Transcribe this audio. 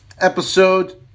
episode